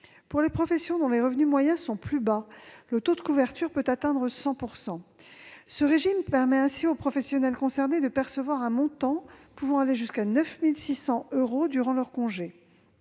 Pour les professions dont les revenus moyens sont plus bas, le taux de couverture peut atteindre 100 %. Ce régime permet ainsi aux professionnels concernés de percevoir un montant pouvant aller jusqu'à 9 600 euros durant leur congé.